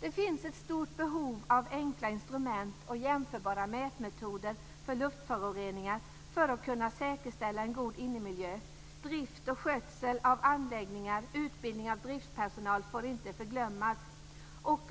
Det finns ett stort behov av enkla instrument och jämförbara mätmetoder för luftföroreningar för att man ska kunna säkerställa en god innemiljö. Drift och skötsel av anläggningar samt utbildning av driftpersonal får inte förglömmas.